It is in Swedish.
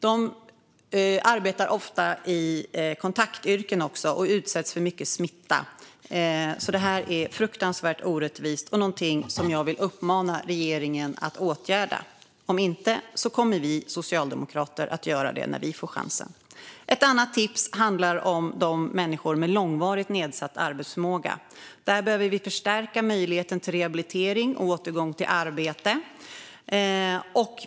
De arbetar ofta i kontaktyrken och utsätts för mycket smitta. Det här är fruktansvärt orättvist och någonting som jag vill uppmana regeringen att åtgärda - annars kommer vi socialdemokrater att göra det när vi får chansen. Ett annat tips handlar om människor med långvarigt nedsatt arbetsförmåga. Där behöver vi förstärka möjligheten till rehabilitering och återgång till arbete.